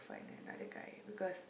find another guy because